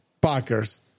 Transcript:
Packers